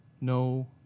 no